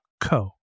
co